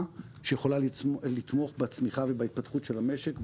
שיכולה לתמוך בצמיחה ובהתפתחות של המשק,